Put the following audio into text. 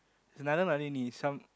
it's another Marlini some